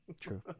True